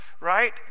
right